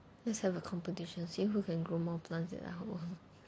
let's have a competition see who can grow more plants at our home